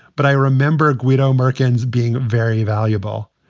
but i remember guido merkins being very valuable.